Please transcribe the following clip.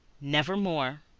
nevermore